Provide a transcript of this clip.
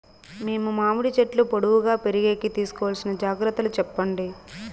మేము మామిడి చెట్లు పొడువుగా పెరిగేకి తీసుకోవాల్సిన జాగ్రత్త లు చెప్పండి?